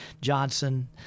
Johnson